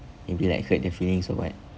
maybe like hurt their feelings or what